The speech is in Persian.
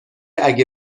اگه